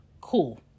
Cool